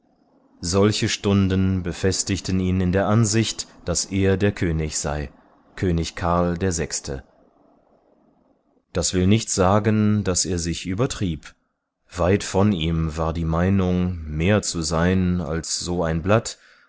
solche stunden befestigten ihn in der ansicht daß er der könig sei könig karl der sechste das will nicht sagen daß er sich übertrieb weit von ihm war die meinung mehr zu sein als so ein blatt